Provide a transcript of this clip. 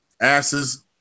Asses